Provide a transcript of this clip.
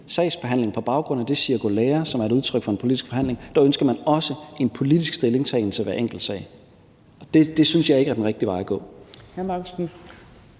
sagsbehandling på baggrund af det cirkulære, som er et udtryk for en politisk forhandling, ønsker man også en politisk stillingtagen til hver enkelt sag. Det synes jeg ikke er den rigtige vej at gå.